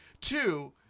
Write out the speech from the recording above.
Two